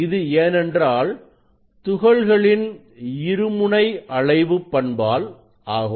இது ஏனென்றால் துகள்களின் இருமுனை அலைவு பண்பால் ஆகும்